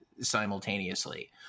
simultaneously